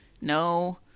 No